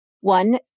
one